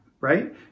right